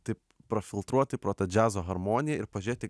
taip prafiltruoti pro tą džiazo harmoniją ir pažiūrėti